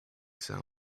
sound